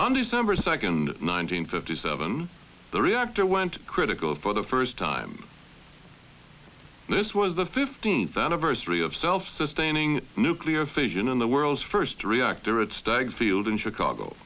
on december second nineteen fifty seven the reactor went critical for the first time this was the fifteenth anniversary of self sustaining nuclear fission in the world's first reactor at stagg field in chicago